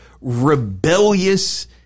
rebellious